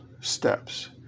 steps